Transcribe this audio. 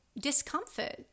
discomfort